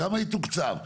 כמה יתוקצב,